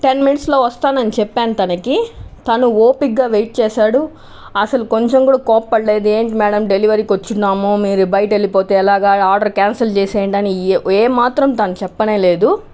ten మినిట్స్లో వస్తానని చెప్పాను తనకి తను ఓపికగా వెయిట్ చేసాడు అసలు కొంచం కూడా కోప్పడలేదు ఏంటి మేడం డెలివరీకి వచ్చీ ఉన్నాము మీరు బయట వెళ్ళిపోతే ఎలాగా ఆర్డర్ క్యాన్సల్ చేసేయండి అని ఏమాత్రం తను చెప్పనే లేదు